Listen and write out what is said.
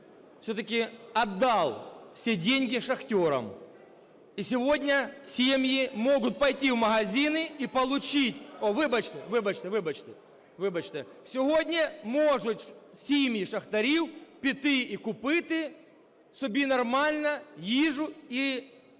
все-таки отдал все деньги шахтерам, и сегодня семьи могут пойти в магазины и получить… (Шум в залі) Вибачте, вибачте. Сьогодні можуть сім'ї шахтарів піти і купити собі нормально їжу і